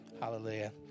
Hallelujah